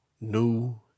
new